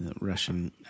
Russian